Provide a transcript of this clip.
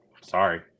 Sorry